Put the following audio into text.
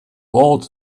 ought